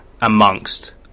amongst